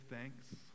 thanks